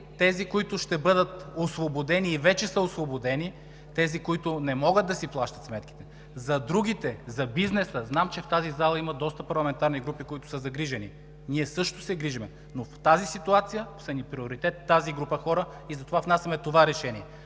тези, които ще бъдат освободени и вече са освободени, тези, които не могат да си плащат сметките. За другите, за бизнеса, знам, че в тази зала има доста парламентарни групи, които са загрижени. Ние също се грижим, но в тази ситуация са ни приоритет тази група хора и затова внасяме това решение.